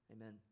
Amen